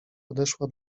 podeszła